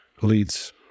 leads